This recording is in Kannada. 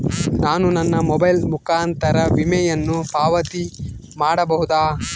ನಾನು ನನ್ನ ಮೊಬೈಲ್ ಮುಖಾಂತರ ವಿಮೆಯನ್ನು ಪಾವತಿ ಮಾಡಬಹುದಾ?